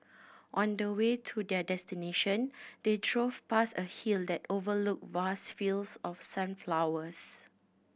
on the way to their destination they drove past a hill that overlooked vast fields of sunflowers